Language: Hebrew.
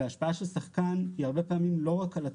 והשפעה של שחקן היא הרבה פעמים לא רק על עצמו,